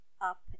up